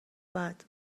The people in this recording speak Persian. بعد